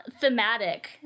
thematic